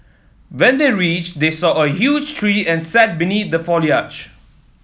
when they reached they saw a huge tree and sat beneath the foliage